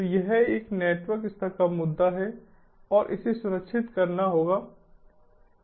तो यह एक नेटवर्क स्तर का मुद्दा है और इसे सुनिश्चित करना है